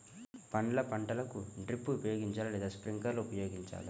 పండ్ల పంటలకు డ్రిప్ ఉపయోగించాలా లేదా స్ప్రింక్లర్ ఉపయోగించాలా?